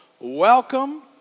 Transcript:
Welcome